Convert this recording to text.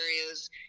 areas